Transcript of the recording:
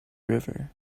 river